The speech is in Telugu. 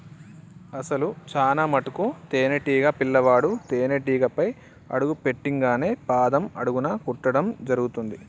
అసలు చానా మటుకు తేనీటీగ పిల్లవాడు తేనేటీగపై అడుగు పెట్టింగానే పాదం అడుగున కుట్టడం జరుగుతుంది